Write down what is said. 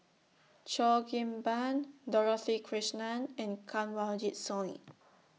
Cheo Kim Ban Dorothy Krishnan and Kanwaljit Soin